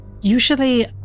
usually